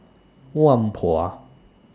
Whampoa